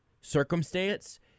circumstance